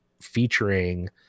featuring